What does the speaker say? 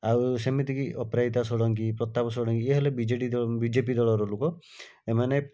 ଆଉ ସେମିତିକି ଅପରାଜିତା ଷଡ଼ଙ୍ଗୀ ପ୍ରତାପ ଷଡ଼ଙ୍ଗୀ ଏ ହେଲେ ବିଜେଡ଼ି ଦଳ ବିଜେପି ଦଳର ଲୋକ ଏମାନେ